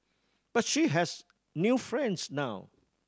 but she has new friends now